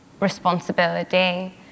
responsibility